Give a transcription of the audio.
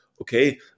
Okay